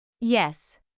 Yes